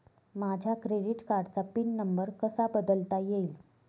माझ्या क्रेडिट कार्डचा PIN number कसा बदलता येईल?